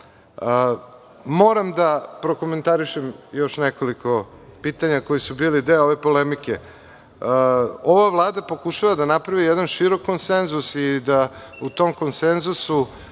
da prokomentarišem još nekoliko pitanja koji su bili deo ove polemike. Ova Vlada pokušava da napravi jedan širok konsenzus i da u tom konsenzusu